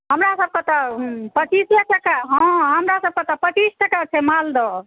हमरा सब के तऽ पचीसे टके हँ हमरा सब के तऽ पचीस टके छै मालदह